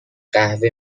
قهوه